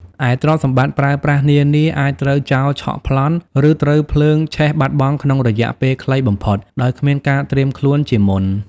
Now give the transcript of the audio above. ឯទ្រព្យសម្បត្តិប្រើប្រាស់នានា អាចត្រូវចោរឆក់ប្លន់ ឬត្រូវភ្លើងឆេះបាត់បង់ក្នុងរយៈពេលខ្លីបំផុត ដោយគ្មានការត្រៀមខ្លួនជាមុន។